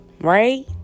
right